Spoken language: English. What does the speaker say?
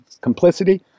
Complicity